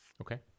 Okay